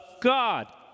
God